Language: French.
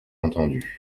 entendu